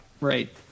Right